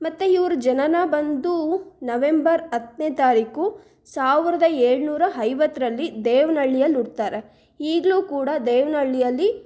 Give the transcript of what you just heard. ಮತ್ತು ಇವ್ರ ಜನನ ಬಂದು ನವೆಂಬರ್ ಹತ್ತನೇ ತಾರೀಕು ಸಾವಿರದ ಏಳುನೂರ ಐವತ್ತರಲ್ಲಿ ದೇವ್ನಹಳ್ಳಿಯಲ್ಲಿ ಹುಟ್ತಾರೆ ಈಗಲೂ ಕೂಡ ದೇವನಹಳ್ಳಿಯಲ್ಲಿ